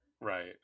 Right